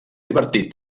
divertit